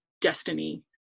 destiny